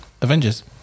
Avengers